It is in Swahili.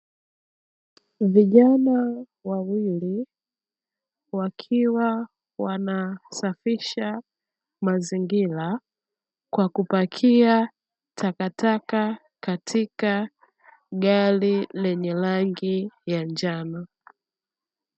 Vijana wawili wakiwa wanasafisha mazingira, kwa kupakia takataka katika gari lenye rangi ya njano.